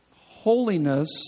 holiness